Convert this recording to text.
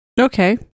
Okay